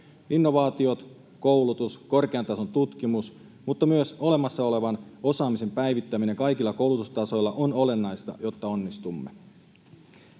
Innovaatiot, koulutus, korkean tason tutkimus mutta myös olemassa olevan osaamisen päivittäminen kaikilla koulutustasoilla on olennaista, jotta onnistumme.